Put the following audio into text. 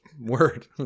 word